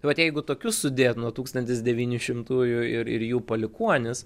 tai vat jeigu tokius sudėt nuo tūkstantis deyni šimtųjų ir ir jų palikuonis